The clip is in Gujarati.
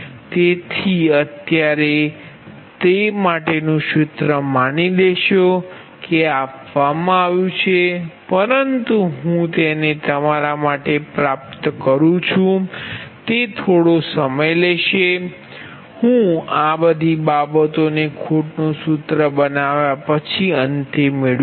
તેથી અત્યારે માટેનું આ સૂત્ર માની લેશો કે આ આપવામાં આવ્યું છે પરંતુ હું તેને તમારા માટે પ્રાપ્ત કરું છું તે થોડો સમય લેશે પરંતુ હું આ બધી બાબતોને ખોટનું સૂત્ર બનાવ્યા પછી અંતે મેળવીશ